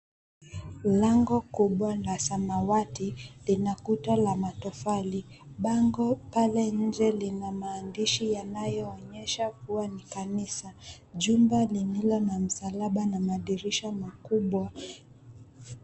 Lango kubwa la samawati lina kuta la matofali. Bango pale nje lina maandishi yanayoonyesha kuwa ni kanisa. Jumba lililo na msalaba na madirisha makubwa.